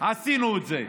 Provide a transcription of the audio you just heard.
עשינו את זה.